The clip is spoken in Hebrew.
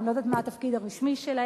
או אני לא יודעת מה התפקיד הרשמי שלהם,